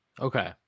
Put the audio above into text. Okay